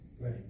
Right